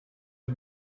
you